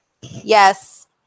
Yes